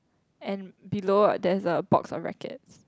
and below there is a box of rackets